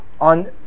on